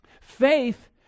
Faith